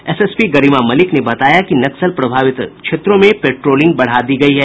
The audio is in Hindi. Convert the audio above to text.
एसएसपी गरिमा मल्लिक ने बताया कि नक्सल प्रभावित क्षेत्रों में पेट्रोलिंग बढ़ा दी गयी है